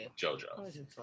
JoJo